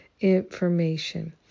information